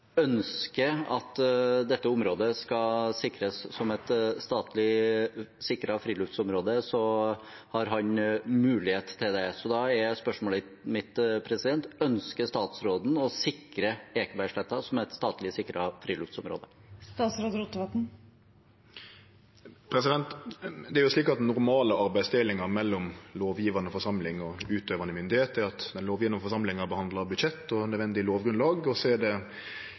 ønsker at dette området skal sikres som et statlig sikret friluftslivsområde, har han mulighet til det. Så da er spørsmålet mitt: Ønsker statsråden å sikre Ekebergsletta som et statlig sikret friluftslivsområde? Den normale arbeidsdelinga mellom lovgjevande forsamling og utøvande myndigheit er at den lovgjevande forsamlinga behandlar budsjett og nødvendig lovgrunnlag, og så er det